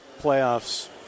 playoffs